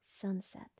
sunset